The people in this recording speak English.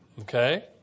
Okay